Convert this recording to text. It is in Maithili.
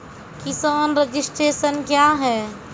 किसान रजिस्ट्रेशन क्या हैं?